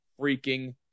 freaking